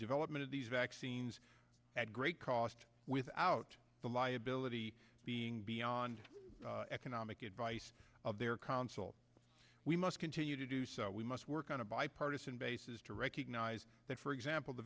development of these vaccines at great cost without the liability being beyond economic advice of their counsel we must continue to do so we must work on a bipartisan basis to recognize that for example the